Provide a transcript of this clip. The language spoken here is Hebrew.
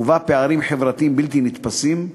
ובה פערים חברתיים בלתי נתפסים,